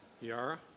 Yara